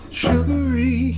sugary